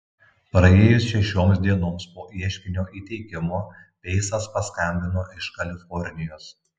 praėjus šešioms dienoms po ieškinio įteikimo peisas paskambino iš kalifornijos